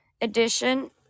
edition